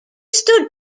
stood